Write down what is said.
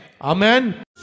Amen